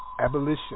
Abolition